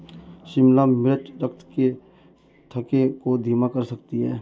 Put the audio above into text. शिमला मिर्च रक्त के थक्के को धीमा कर सकती है